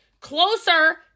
closer